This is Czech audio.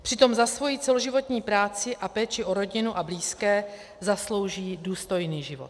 Přitom si za svoji celoživotní práci a péči o rodinu a blízké zaslouží důstojný život.